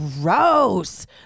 gross